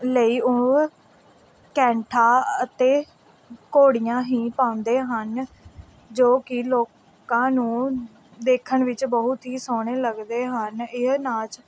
ਲਈ ਉਹ ਕੈਂਠਾ ਅਤੇ ਘੋੜੀਆਂ ਹੀ ਪਾਉਂਦੇ ਹਨ ਜੋ ਕਿ ਲੋਕਾਂ ਨੂੰ ਦੇਖਣ ਵਿੱਚ ਬਹੁਤ ਹੀ ਸੋਹਣੇ ਲੱਗਦੇ ਹਨ ਇਹ ਨਾਚ